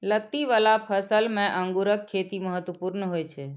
लत्ती बला फसल मे अंगूरक खेती महत्वपूर्ण होइ छै